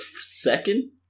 second